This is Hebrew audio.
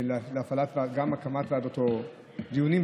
אני רק רוצה להגיד לך שבזמן ששר האוצר עלה פה להציג את התקציב,